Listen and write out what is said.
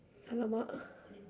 !alamak!